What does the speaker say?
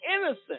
innocent